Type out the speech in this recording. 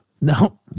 no